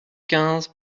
quinze